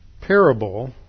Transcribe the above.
parable